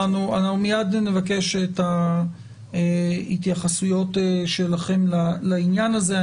מייד נבקש את ההתייחסויות שלכם לעניין הזה.